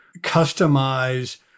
customize